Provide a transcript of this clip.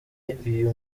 iyo